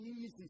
easy